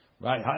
Right